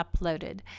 uploaded